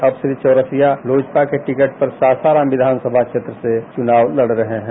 अब श्री चौरसिया लोजपा के टिकट पर सासाराम विधान सभा क्षेत्र से चुनाव लड रहे है